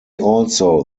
also